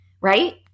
Right